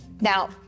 Now